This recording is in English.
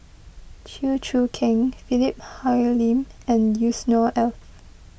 Chew Choo Keng Philip Hoalim and Yusnor Ef